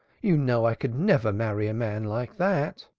you know i could never marry a man like that.